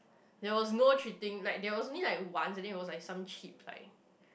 there was no cheating like there was only one and then it's was like some cheap price